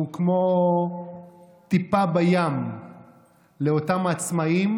שהוא כמו טיפה בים לאותם עצמאים,